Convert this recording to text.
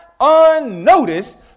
unnoticed